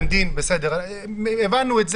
הבנו,